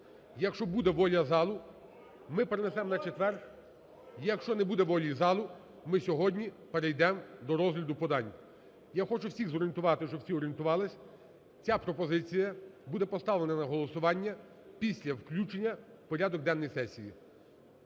якщо буде воля залу, ми перенесемо на четвер, якщо не буде волі залу, ми сьогодні перейдемо до розгляду подань. Я хочу всіх зорієнтувати, щоб всі орієнтувались, ця пропозиція буде поставлена на голосування після включення в порядок денний сесії.